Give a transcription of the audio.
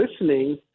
listening